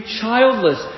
childless